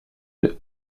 mots